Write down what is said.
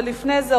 ולפני זה,